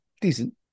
decent